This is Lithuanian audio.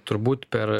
turbūt per